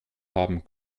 haben